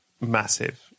massive